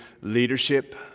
leadership